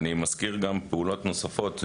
אני מזכיר פעולות נוספות,